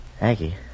Aggie